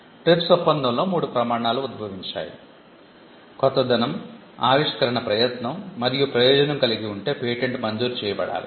TRIPS ఒప్పందంలో మూడు ప్రమాణాలు ఉద్భవించాయి కొత్తదనం ఆవిష్కరణ ప్రయత్నం మరియు ప్రయోజనం కలిగి ఉంటే పేటెంట్ మంజూరు చేయబడాలి